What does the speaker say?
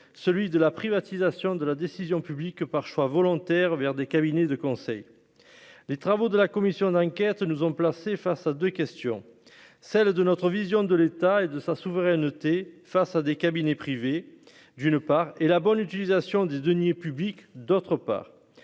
celui de la privatisation de la décision publique que par choix volontaire vers des cabinets de conseil, les travaux de la commission d'enquête nous ont placés face à 2 questions : celle de notre vision de l'État et de sa souveraineté face à des cabinets privés d'une part et la bonne utilisation des deniers publics, d'autre part